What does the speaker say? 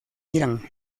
irán